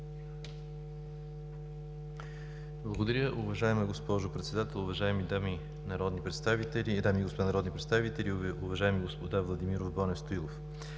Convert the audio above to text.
Благодаря. Уважаема госпожо Председател, уважаеми госпожи и господа народни представители, уважаеми господин Владимиров! В Плана